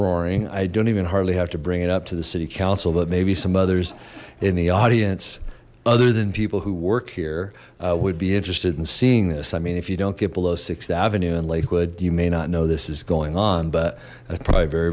roaring i don't even hardly have to bring it up to the city council but maybe some others in the audience other than people who work here would be interested in seeing this i mean if you don't get below sixth avenue in lakewood you may not know this is going on but that's probably very